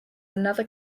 another